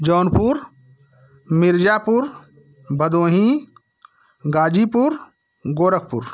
Jaunpur Mirzapur Bhadohi Ghazipur Gorakhpur